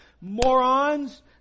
morons